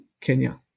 Kenya